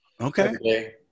Okay